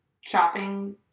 shopping